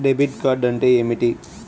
Debit card అంటే ఏమిటి?